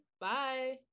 Bye